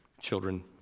children